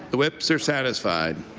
the whips are satisfied.